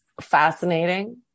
fascinating